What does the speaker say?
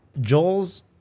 Joel's